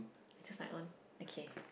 choose my own okay